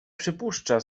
przypuszcza